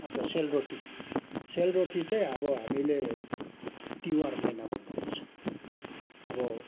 अन्त सेल रोटी सेल रोटी चाहिँ अब हामीले तिहार महिनामा बनाउँछ अब